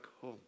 home